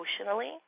emotionally